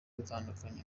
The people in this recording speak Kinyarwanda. dutandukanye